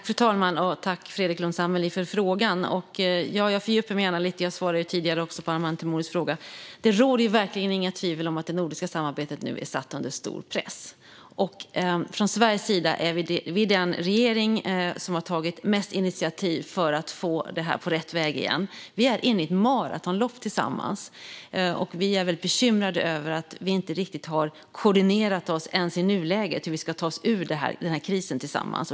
Fru talman! Tack, Fredrik Lundh Sammeli, för frågan! Jag fördjupar mig gärna lite. Jag svarade ju på Arman Teimouris fråga tidigare. Det råder inget tvivel om att det nordiska samarbetet nu är satt under stor press. Från Sveriges sida är vi den regering som har tagit mest initiativ för att få det på rätt väg igen. Vi är inne i ett maratonlopp tillsammans, och vi är bekymrade över att vi inte ens i nuläget har koordinerat hur vi ska ta oss ur krisen tillsammans.